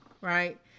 right